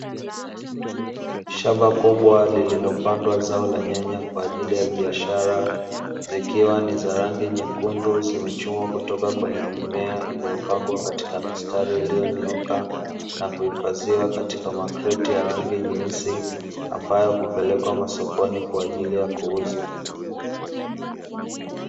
Shamba kubwa lililopandwa zao la nyanya kwa ajili ya biashara, zikiwa ni za rangi nyekundu, zimechumwa kutoka kwenye mimea iliyopangwa katika mistari iliyonyooka na kuhifadhiwa katika makreti ya rangi nyeusi ambayo hupelekwa masokoni kwa ajili ya kuuzwa.